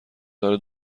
داره